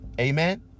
Amen